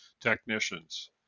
technicians